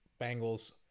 Bengals